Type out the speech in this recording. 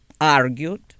argued